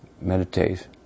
meditate